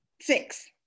six